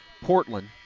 Portland